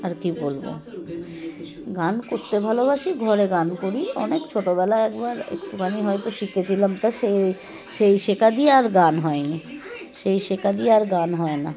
আর কী বলবো গান করতে ভালোবাসি ঘরে গান করি অনেক ছোটোবেলা একবার একটুখানি হয়তো শিখেছিলাম তা সেই সেই শেখা দিয়ে আর গান হয়নি সেই শেখা দিয়ে আর গান হয় না